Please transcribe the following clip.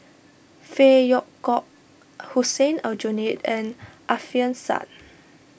Phey Yew Kok Hussein Aljunied and Alfian Sa'At